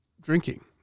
drinking